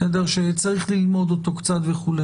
שצריך ללמוד אותו קצת וכו',